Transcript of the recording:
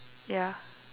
ya